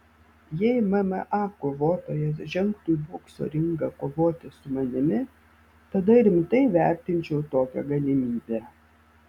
jei mma kovotojas žengtų į bokso ringą kovoti su manimi tada rimtai vertinčiau tokią galimybę